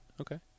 Okay